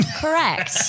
correct